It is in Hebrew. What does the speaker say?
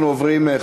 אנחנו עוברים,